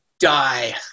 die